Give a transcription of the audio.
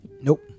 Nope